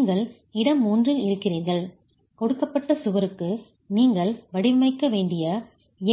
நீங்கள் இடம் 1 இல் இருக்கிறீர்கள் கொடுக்கப்பட்ட சுவருக்கு நீங்கள் வடிவமைக்க வேண்டிய